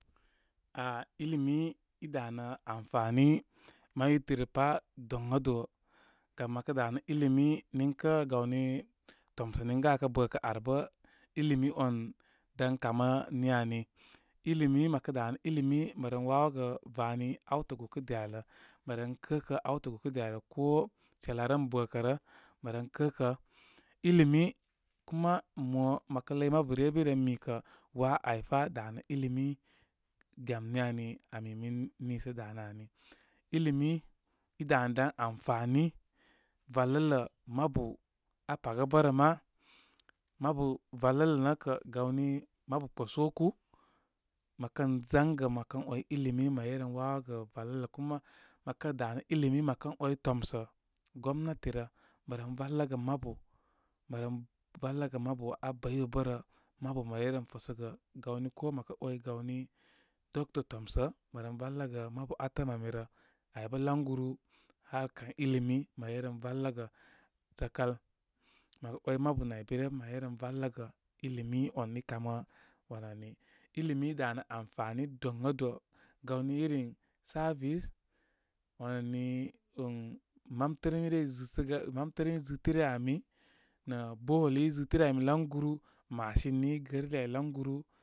A ilimi i danə amfani may yutiri rə pá, doŋado gam məkə danə ilimi nin kə gawni tomsə niŋkəa akə bə kə ar bə ilimi ca dankamə ni ani. Ilimi mə kə danə ilimi, məren wawogə vani awtə gukə ai arlə. Mə ren kə kə awtə gokə ai ar lə ko shal a rem bəkə rə mə ren kəkə. Ilimi, kuma mo mə ləy mabu ryə bə iren mikə, waa áy fa danə ilimi. Gam ni ani aa mimin niisə danə ani. Ilimi i danə dan amfani ralələ mabu aa pagə bərə ma. Mabu valələ nə kə gawni mabu kposoku. Mə kən langə mə kən way ilimi mə rey ren wawogə valələ. Kuma mə kə danə ilimi, məkən way tomsə gomnatirə. Mə ren valəgə mabu. Mə ren valəgə mabu abəybərə. Mabu mə rey ren fəsəgə gawni ko mə kə ‘way gaw ni, doctor tomsə, mə ren valə gə mabu atəm ami rə. Ay bə laŋguru harkan ilimi mə rey ren valəgə. Rəkal mə kə ‘way mabu nay bay ryə mə rey ren valəgə. Ilimi on i kaməwan ani. Ilimi ridanə amfani doŋado. Gawni iri service, wani nih mamtər irey zɨsəgə, mamtər izɨtere ami nə bore hole li i zɨtere ami laŋguru, machine ni i gərili ay laŋguru.